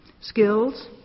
skills